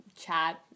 chat